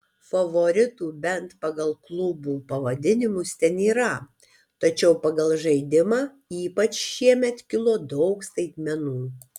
favoritų bent pagal klubų pavadinimus ten yra tačiau pagal žaidimą ypač šiemet kilo daug staigmenų